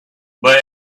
but